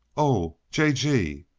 oh, j. g